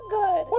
good